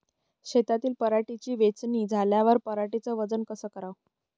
शेतातील पराटीची वेचनी झाल्यावर पराटीचं वजन कस कराव?